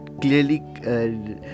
clearly